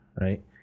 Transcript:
right